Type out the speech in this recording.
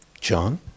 John